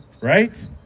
right